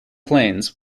plains